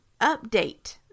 update